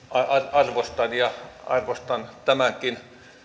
arvostan ja arvostan tämänkin